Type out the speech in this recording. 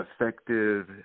effective